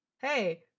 hey